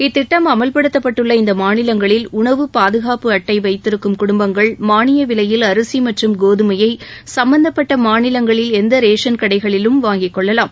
இத்திட்டம் அமல்படுத்தப்பட்டுள்ள இந்த மாநிலங்களில் உணவு பாதுகாப்பு அட்டை வைத்திருக்கும் குடும்பங்கள் மானிய விலையில் அரிசி மற்றும் கோதுமையை சும்பந்தப்பட்ட மாநிலங்களின் எந்த ரேஷன் கடைகளிலும் வாங்கிக் கொள்ளலாம்